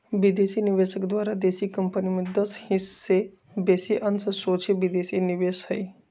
विदेशी निवेशक द्वारा देशी कंपनी में दस हिस् से बेशी अंश सोझे विदेशी निवेश हइ